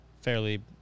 fairly